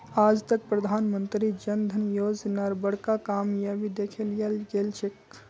आज तक प्रधानमंत्री जन धन योजनार बड़का कामयाबी दखे लियाल गेलछेक